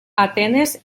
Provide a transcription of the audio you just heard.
atenes